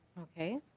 okay.